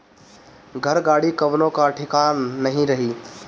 घर, गाड़ी कवनो कअ ठिकान नाइ रही